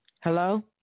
Hello